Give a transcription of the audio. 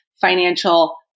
financial